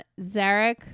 Zarek